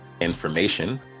information